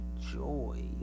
joy